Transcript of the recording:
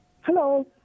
Hello